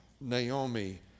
Naomi